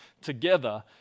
together